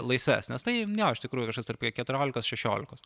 laisvesnės tai jo iš tikrųjų kažkas tarp keturiolikos šešiolikos